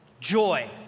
Joy